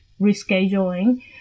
rescheduling